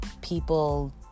People